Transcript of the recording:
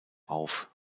auf